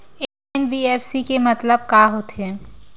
NBFC के मतलब का होथे?